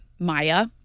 Maya